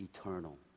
Eternal